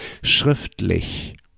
Schriftlich